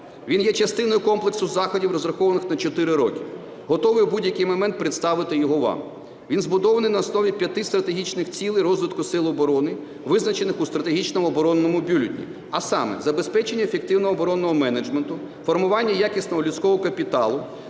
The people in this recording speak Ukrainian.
він є частиною комплексу заходів, розрахованих на чотири роки. Готовий в будь-який момент представити його вам. Він збудований на основі п'яти стратегічних цілей розвитку сил оборони, визначених у стратегічному оборонному бюлетені. А саме: забезпечення ефективного оборонного менеджменту; формування якісного людського капіталу;